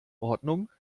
ordnung